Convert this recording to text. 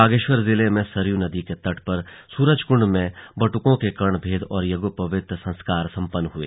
बागेश्वर जिले में सरयू नदी के तट पर सूरजकुंड में बट्कों के कर्णभेद और यज्ञोपवित संस्कार सम्पन्न हुए